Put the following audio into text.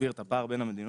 להסביר את הפער בין המדינות,